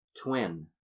twin